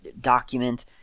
document